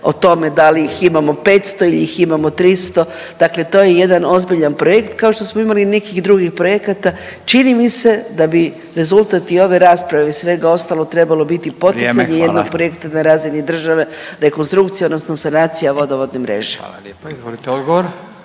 o tome da li ih imamo 500 ili ih imamo 300, dakle to je jedan ozbiljan projekt, kao što smo imali nekih drugih projekata, čini mi se da bi rezultat i ove rasprave i svega ostalo trebalo biti poticanje jednog projekta na razini države rekonstrukcija odnosno sanacija vodovodne mreže. **Radin, Furio